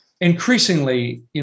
increasingly